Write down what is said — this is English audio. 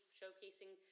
showcasing